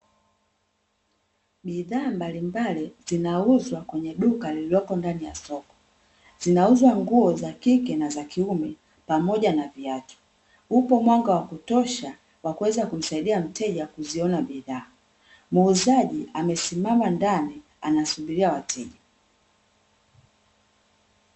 Bidhaa mbalimbali zinauzwa kwenye duka lililopo ndani ya soko. Zinauzwa nguo za kike na za kiume, pamoja na viatu. Upo mwanga wa kutosha, wa kuweza kumsaidia mteja kuziona bidhaa. Muuzaji amesimama ndani anasubiria wateja.